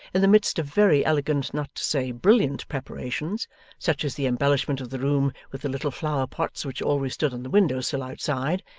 in the midst of very elegant not to say brilliant preparations such as the embellishment of the room with the little flower-pots which always stood on the window-sill outside,